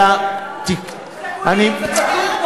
אלא, זה מולי,